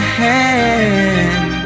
hand